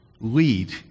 lead